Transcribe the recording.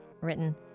written